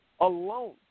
alone